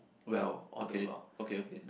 well okay okay okay